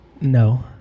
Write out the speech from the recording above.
no